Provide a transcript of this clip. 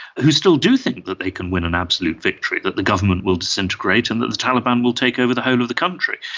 who still do think that they can win an absolute victory, that the government will disintegrate and that the taliban will take over the whole of the country.